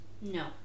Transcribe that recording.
No